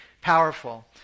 powerful